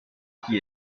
qui